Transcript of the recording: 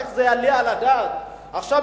איך יעלה על הדעת שעכשיו,